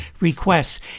requests